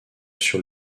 sur